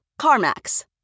CarMax